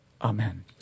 amen